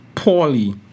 Poorly